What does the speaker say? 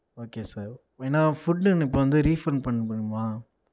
okay sir ஏனா food இப்போது வந்து ரீஃபண்ட் பண்ண முடியுமா